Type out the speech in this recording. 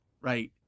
Right